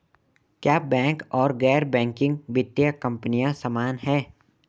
क्या बैंक और गैर बैंकिंग वित्तीय कंपनियां समान हैं?